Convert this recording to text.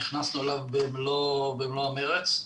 נכנסנו אליו במלוא המרץ.